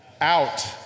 Out